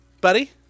Buddy